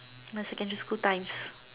my secondary school times